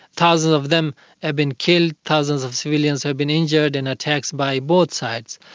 thousands of them have been killed, thousands of civilians have been injured in attacks by both sides.